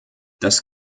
das